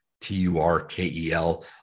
T-U-R-K-E-L